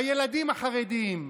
בילדים החרדים,